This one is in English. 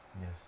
Yes